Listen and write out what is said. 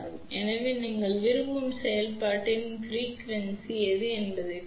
எனவே நீங்கள் விரும்பும் செயல்பாட்டின் அதிர்வெண் எது என்பதைப் பொறுத்து